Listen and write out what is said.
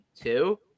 two